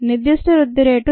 నిర్ధిష్ట వృద్ధి రేటు 0